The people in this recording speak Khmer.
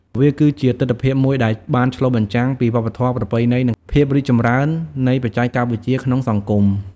វាគឺជាទិដ្ឋភាពមួយដែលបានឆ្លុះបញ្ចាំងពីវប្បធម៌ប្រពៃណី និងភាពរីកចម្រើននៃបច្ចេកវិទ្យាក្នុងសង្គម។